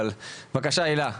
אבל בבקשה הילה.